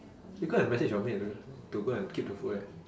you go and message your maid to go and keep the food eh